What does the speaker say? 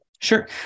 sure